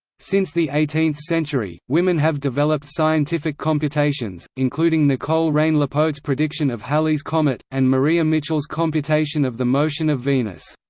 since the eighteenth century, women have developed scientific computations, including nicole-reine lepaute's prediction of halley's comet, and maria mitchell's mitchell's computation of the motion of venus.